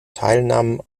teilnahmen